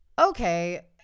okay